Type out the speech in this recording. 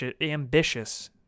ambitious